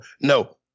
No